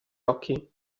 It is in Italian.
occhi